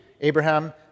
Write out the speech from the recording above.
Abraham